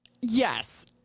Yes